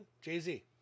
Jay-Z